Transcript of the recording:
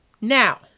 now